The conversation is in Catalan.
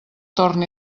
torn